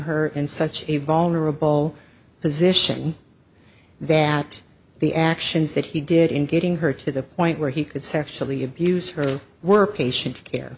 in such a vulnerable position that the actions that he did in getting her to the point where he could sexually abuse her were patient care